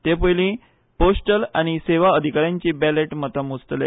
ते पयली पोस्टल आनी सेवा अधिकाऱ्यांची बॅलेट मतां मेजतले